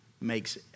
makes